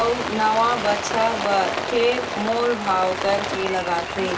अउ नवा बछर बर फेर मोल भाव करके लगाथे